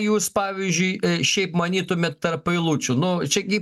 jūs pavyzdžiui šiaip manytumėt tarp eilučių nu čia gi